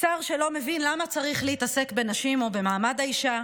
שר שלא מבין למה צריך להתעסק בנשים או במעמד האישה,